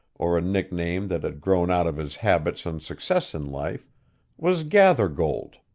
or a nickname that had grown out of his habits and success in life was gathergold.